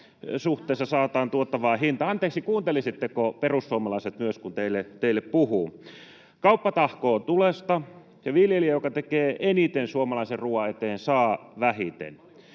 perussuomalaisten ryhmästä] — Anteeksi, kuuntelisitteko, perussuomalaiset myös, kun teille puhun. — Kauppa tahkoaa tulosta, ja viljelijä, joka tekee eniten suomalaisen ruuan eteen, saa vähiten.